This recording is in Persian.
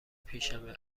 پیشمه